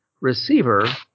receiver